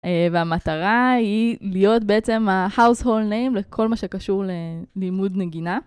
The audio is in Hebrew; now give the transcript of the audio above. והמטרה היא להיות בעצם ה-household name לכל מה שקשור ללימוד נגינה.